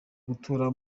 gutura